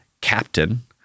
captain